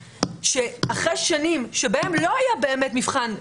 אחרי שנים שבהן לא היה באמת מבחן,